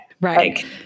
Right